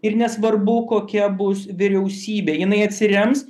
ir nesvarbu kokia bus vyriausybė jinai atsirems